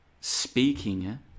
speaking